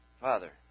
Father